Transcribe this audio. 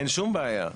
אין שום בעיה.